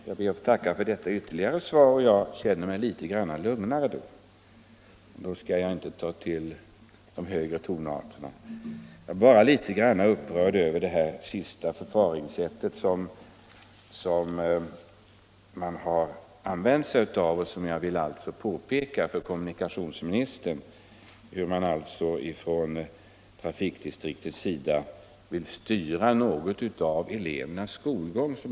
Herr talman! Jag tackar för detta kompletterande svar och känner mig nu något lugnare. Därför skall jag inte heller ta till något högt röstläge. Men jag är litet upprörd över det förfaringssätt som här använts, och jag har velat påtala för kommunikationsministern att man från trafikdistriktets sida tydligen vill styra elevernas skolgång.